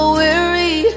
weary